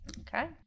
Okay